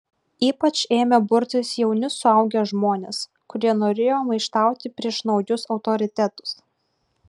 ypač ėmė burtis jauni suaugę žmonės kurie norėjo maištauti prieš naujus autoritetus